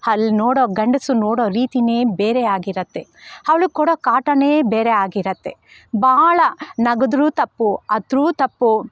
ಅಲ್ಲಿ ನೋಡೋ ಗಂಡಸರು ನೋಡೋ ರೀತಿಯೇ ಬೇರೆ ಆಗಿರುತ್ತೆ ಅವ್ಳಿಗೆ ಕೊಡೋ ಕಾಟವೇ ಬೇರೆ ಆಗಿರುತ್ತೆ ಭಾಳ ನಕ್ಕದ್ರೂ ತಪ್ಪು ಅತ್ರೂ ತಪ್ಪು